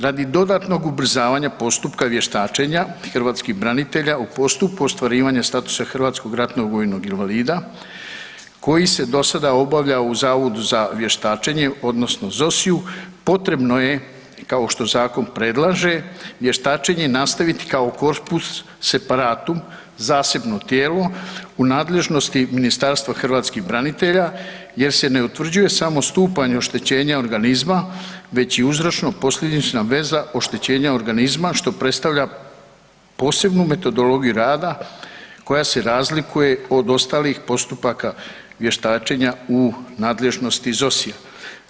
Radi dodatnog ubrzavanja postupka vještačenja hrvatskih branitelja u postupku ostvarivanja statusa hrvatskog ratnog vojnog invalida koji se do sada obavljao u Zavodu za vještačenje, odnosno ZOSI-u potrebno je kao što zakon i predlaže vještačenje nastaviti kao corpus separatum zasebno tijelo u nadležnosti Ministarstva hrvatskih branitelja jer se ne utvrđuje samo stupanj oštećenja organizma već i uzročno-posljedična veza oštećenja organizma što predstavlja posebnu metodologiju rada koja se razlikuje od ostalih postupaka vještačenja u nadležnosti ZOSI-a.